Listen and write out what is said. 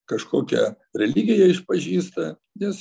kažkokią religiją išpažįsta nes